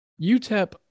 UTEP